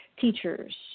teachers